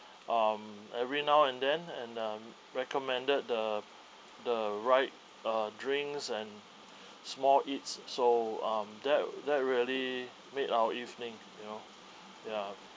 um every now and then and um recommended the the right uh drinks and small eats so um that that really made our evening you know ya